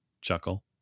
chuckle